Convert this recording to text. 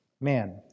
man